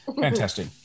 fantastic